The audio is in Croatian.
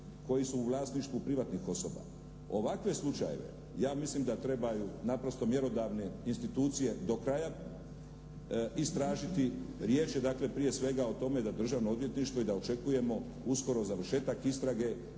koji su u vlasništvu privatnih osoba. Ovakve slučajeve, ja mislim da trebaju naprosto mjerodavne institucije do kraja istražiti, riječ je dakle prije svega o tome da Državno odvjetništvo i da očekujemo uskoro završetak istrage